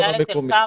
גם דלית אל כרמל.